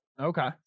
Okay